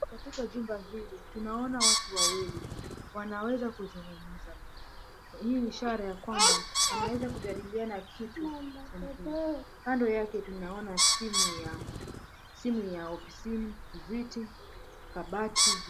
Katika jumba hili tunaona watu wawili wanaweza kuzungumza, hii ni ishara kwamba wanaweza kujadiliana kitu cha muhimu. Kando yake tunaona simu ya ofisini, viti, kabati.